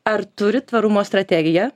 ar turit tvarumo strategiją